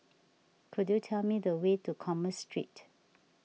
could you tell me the way to Commerce Street